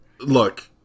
look